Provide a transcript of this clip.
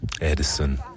Edison